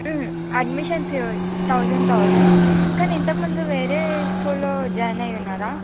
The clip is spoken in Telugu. అడ్మిషన్స్ థౌజండ్ థౌజండ్ కానీ ఇంతకుముందు వేరే స్కూల్లో జాయిన్ అయి ఉన్నారా